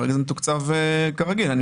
כרגע זה מתוקצב כרגיל.